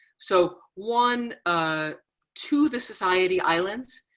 so one ah to the society islands,